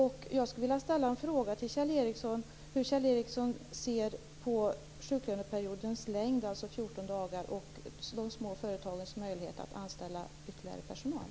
Jag skulle vilja ställa en fråga till Kjell Ericsson. Hur ser Kjell Ericsson på sjuklöneperiodens längd - 14 dagar - och de små företagens möjlighet att anställa ytterligare personal?